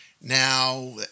Now